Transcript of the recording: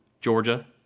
Georgia